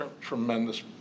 Tremendous